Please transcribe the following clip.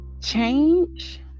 change